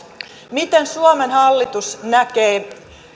miten suomen hallitus näkee